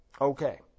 okay